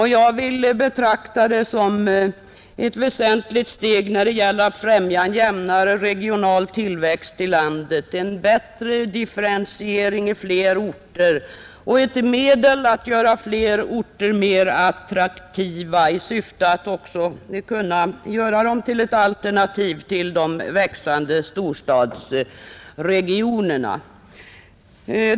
Jag betraktar förslaget som ett väsentligt steg när det gäller att främja en jämnare regional tillväxt i landet, en bättre differentiering i fler orter och ett medel att göra fler orter attraktiva i syfte att låta dem bli ett alternativ till de växande storstadsregionerna.